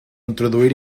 introduir